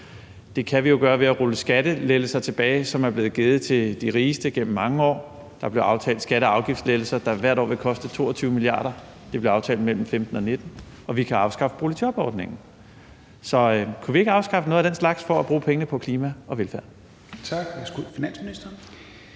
Det kan vi jo gøre ved at rulle skattelettelser, som er blevet givet til de rigeste gennem mange år, tilbage – der blev aftalt skatte- og afgiftslettelser, der hvert år vil koste 22 mia. kr., og det blev aftalt mellem 2015 og 2019 – og vi kan afskaffe boligjobordningen. Kunne vi ikke afskaffe noget af den slags for at bruge pengene på klima og velfærd? Kl. 16:51 Tredje næstformand